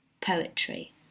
Poetry